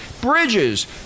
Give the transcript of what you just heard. bridges